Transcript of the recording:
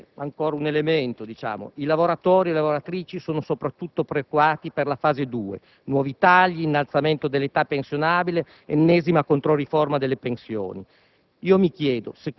voglio aggiungere ancora un elemento: le lavoratrici e i lavoratori sono soprattutto preoccupati per la «fase 2»: nuovi tagli, innalzamento dell'età pensionabile, ennesima controriforma delle pensioni.